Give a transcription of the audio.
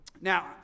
Now